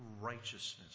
righteousness